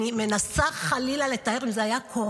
אני מנסה לתאר אם זה היה קורה,